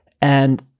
And-